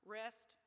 rest